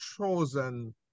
chosen